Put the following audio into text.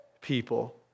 people